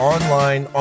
Online